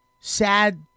sad